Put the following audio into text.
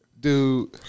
Dude